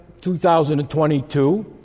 2022